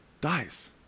Dies